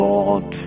Lord